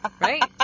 Right